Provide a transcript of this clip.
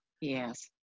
Yes